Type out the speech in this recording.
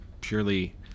purely